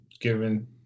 given